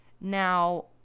Now